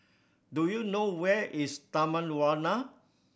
do you know where is Taman Warna